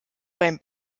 beim